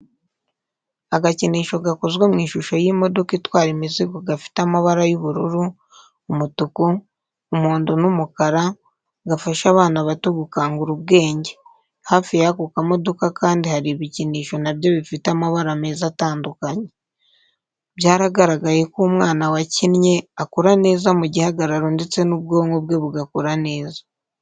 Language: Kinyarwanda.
Agakinisho gakozwe mu ishusho y'imodoka itwara imizigo gafite amabari y'ubururu, umutuku, umuhondo n'umukara gafasha abana bato gukangura ubwenge. Hafi y'ako kamodoka kandi hari ibikinisho na byo bifite amabara meza atandukanye. Byaragaragaye ko umwana wakinnye akura neza mu gihagararo ndetse n'ubwonko bwe bugakora neza.